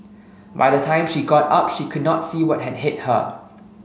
by the time she got up she could not see what had hit her